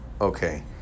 Okay